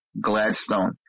Gladstone